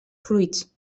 fruits